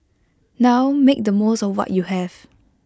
now make the most of what you have